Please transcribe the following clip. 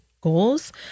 goals